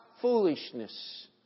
foolishness